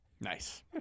Nice